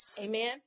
Amen